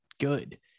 good